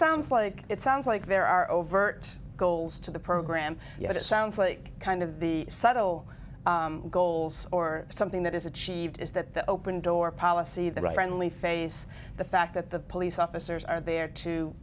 sounds like it sounds like there are overt goals to the program yes it sounds like kind of the subtle goals or something that is achieved is that the open door policy that and we face the fact that the police officers are there to